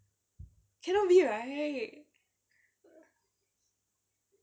cannot be right